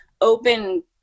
open